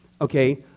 okay